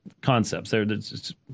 concepts